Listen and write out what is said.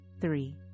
three